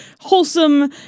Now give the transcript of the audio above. wholesome